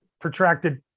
protracted